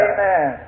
Amen